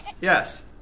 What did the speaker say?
Yes